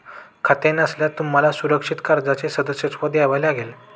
खाते नसल्यास तुम्हाला सुरक्षित कर्जाचे सदस्यत्व घ्यावे लागेल